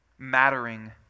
mattering